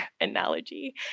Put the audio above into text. analogy